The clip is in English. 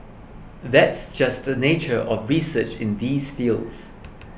that's just the nature of research in these fields